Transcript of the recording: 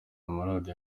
maradiyo